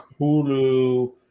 Hulu